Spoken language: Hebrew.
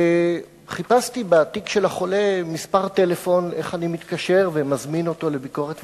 חיפשתי בתיק של החולה מספר טלפון להתקשר ולהזמין אותו לביקורת,